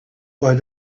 why